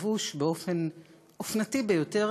לבוש באופן אופנתי ביותר,